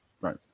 Right